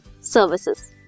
services